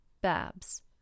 Babs